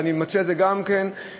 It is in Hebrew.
ואני מציע את זה גם כן,